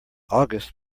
august